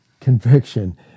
conviction